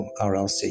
RLC